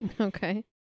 Okay